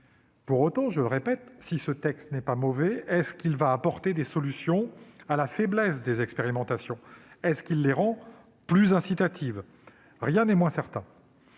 Pour autant, si, je le répète, le texte n'est pas mauvais, va-t-il apporter des solutions à la faiblesse des expérimentations ? Les rend-il plus incitatives ? Rien n'est moins certain.